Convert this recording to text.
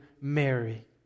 Mary